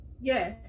Yes